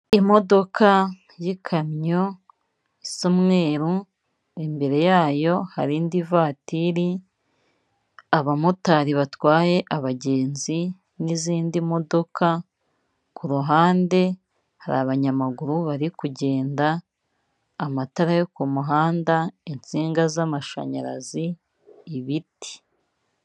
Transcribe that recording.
Imodoka y'ikamyo isa umweru, imbere yayo hari indi vatiri, abamotari batwaye abagenzi n'izindi modoka. Ku ruhande hari abanyamaguru bari kugenda, amatara yo ku muhanda, insinga z'amashanyarazi, ibiti.